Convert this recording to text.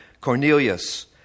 Cornelius